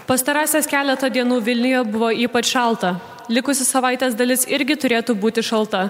pastarąsias keletą dienų vilija buvo ypač šalta likusi savaitės dalis irgi turėtų būti šalta